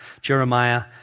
Jeremiah